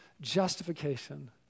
Justification